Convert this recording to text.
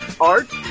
Art